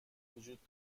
وجود